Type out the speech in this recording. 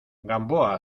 gamboa